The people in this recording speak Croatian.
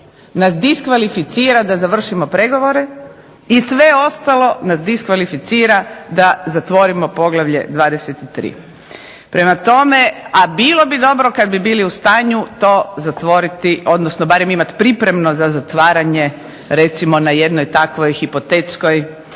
nas diskvalificira da završimo pregovore i sve ostalo nas diskvalificira da zatvorimo Poglavlje 23. Prema tome, a bilo bi dobro kad bi bili u stanju to zatvoriti, odnosno barem imati pripremno za zatvaranje recimo na jednoj takvoj hipotetskoj